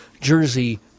Jersey